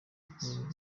y’ubukungu